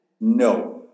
No